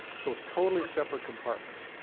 so totally separate compartments.